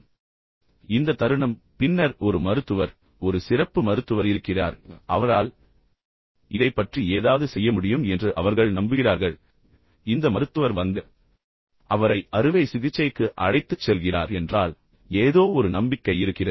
எனவே இந்த தருணம் பின்னர் ஒரு மருத்துவர் ஒரு சிறப்பு மருத்துவர் இருக்கிறார் பின்னர் அவரால் இதைப் பற்றி ஏதாவது செய்ய முடியும் என்று அவர்கள் நம்புகிறார்கள் மேலும் இந்த மருத்துவர் வந்து அவரை அறுவை சிகிச்சைக்கு அழைத்துச் செல்கிறார் என்றால் அவரை ஏற்றுக்கொள்கிறார் என்றால் ஏதோ ஒரு நம்பிக்கை இருக்கிறது